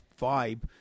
vibe